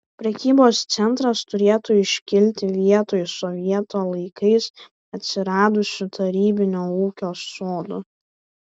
prekybos centras turėtų iškilti vietoj sovietų laikais atsiradusių tarybinio ūkio sodų